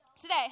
today